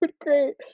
great